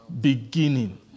beginning